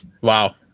Wow